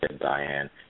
Diane